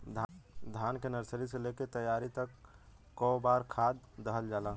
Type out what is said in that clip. धान के नर्सरी से लेके तैयारी तक कौ बार खाद दहल जाला?